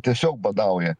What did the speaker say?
tiesiog badauja